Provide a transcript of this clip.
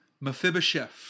Mephibosheth